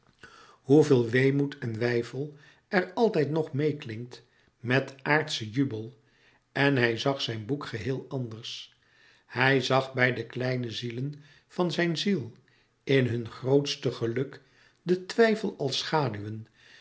hoeveel weemoed en weifel er altijd nog meêklinkt met aardschen jubel en hij zag zijn boek geheel anders hij zag bij de kleine zielen van zijn ziel in hun grootste geluk den twijfel al schaduwen